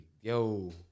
Yo